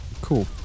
Cool